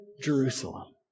Jerusalem